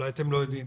אולי אתם לא יודעים,